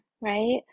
right